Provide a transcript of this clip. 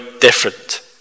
different